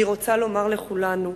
אני רוצה לומר לכולנו: